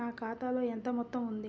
నా ఖాతాలో ఎంత మొత్తం ఉంది?